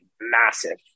massive